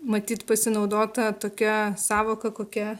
matyt pasinaudota tokia sąvoka kokia